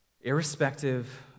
Irrespective